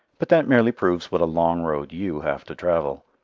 but that merely proves what a long road you have to travel.